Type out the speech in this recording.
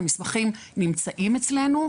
המסמכים נמצאים אצלנו,